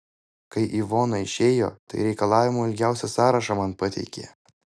kai ivona išėjo tai reikalavimų ilgiausią sąrašą man pateikė